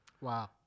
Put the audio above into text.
Wow